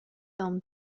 film